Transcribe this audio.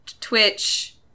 Twitch